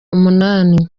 umunani